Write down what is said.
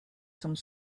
some